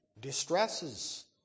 Distresses